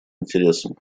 интересом